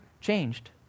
changed